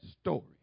story